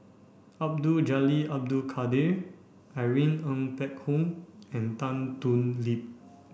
Abdul Jalil Abdul Kadir Irene Ng Phek Hoong and Tan Thoon Lip